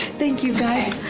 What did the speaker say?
thank you guys.